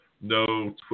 no